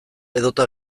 edota